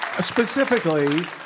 Specifically